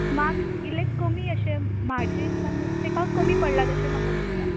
marks इल्ले कमी अशें म्हाज्या हिसपान तेका कमी पडलात तशें म्हाका दिसता